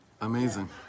Amazing